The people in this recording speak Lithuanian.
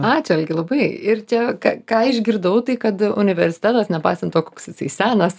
ačiū algi labai ir čia ką ką išgirdau tai kad universitetas nepaisant to koks jisai senas